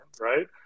right